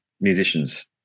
musicians